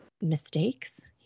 mistakes